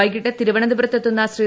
വൈകിട്ട് തിരുവനന്തപുരത്തെത്തുന്ന ശ്രീ